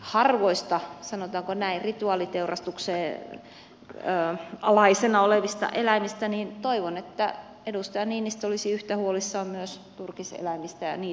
harvoista sanotaanko näin rituaaliteurastuksen alaisena olevista eläimistä niin toivon että edustaja niinistö olisi yhtä huolissaan myös turkiseläimistä ja niiden hyvinvoinnista